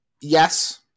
yes